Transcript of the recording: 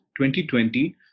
2020